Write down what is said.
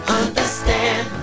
understand